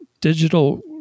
digital